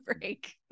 break